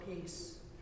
peace